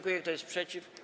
Kto jest przeciw?